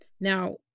Now